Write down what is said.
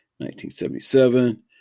1977